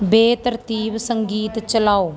ਬੇਤਰਤੀਬ ਸੰਗੀਤ ਚਲਾਓ